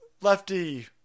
lefty